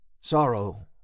Sorrow